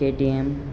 KTM